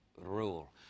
rule